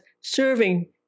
serving